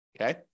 okay